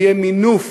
יהיה מינוף